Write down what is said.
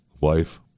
wife